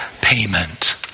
payment